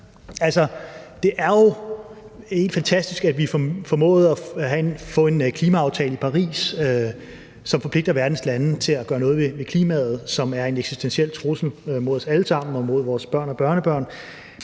det er jo helt fantastisk, at vi formåede at få en klimaaftale i Paris, som forpligter verdens lande til at gøre noget ved klimaet, som er en eksistentiel trussel mod os alle sammen og mod vores børn og børnebørn.